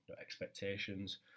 expectations